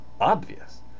obvious